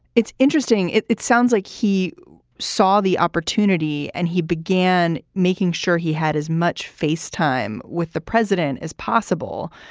it's interesting, it it sounds like he saw the opportunity and he began making sure he had as much face time with the president as possible.